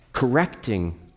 correcting